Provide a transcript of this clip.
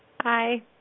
Hi